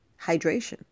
hydration